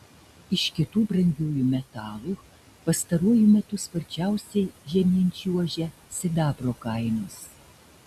iš kitų brangiųjų metalų pastaruoju metu sparčiausiai žemyn čiuožia sidabro kainos